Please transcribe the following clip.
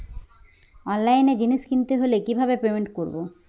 অনলাইনে জিনিস কিনতে হলে কিভাবে পেমেন্ট করবো?